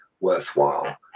worthwhile